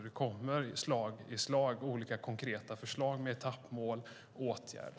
Det kommer slag i slag olika konkreta förslag med etappmål och åtgärder.